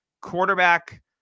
Quarterback